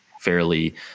fairly